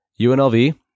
UNLV